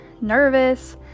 nervous